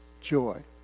joy